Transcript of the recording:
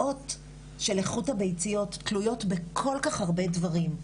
ההצעות האחרות שמוצגות בפני הוועדה,